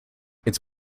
its